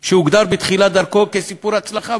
שהוגדר בתחילת דרכו כסיפור הצלחה,